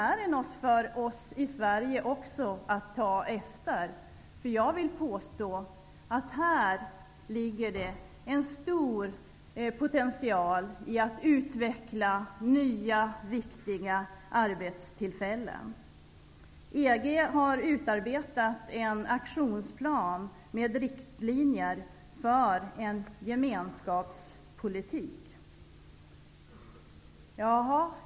Det är något för oss i Sverige att ta efter. Här finns en stor potential att utveckla nya viktiga arbetstillfällen. EG har utarbetat en aktionsplan med riktlinjer för en gemenskapspolitik.